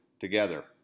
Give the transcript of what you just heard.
together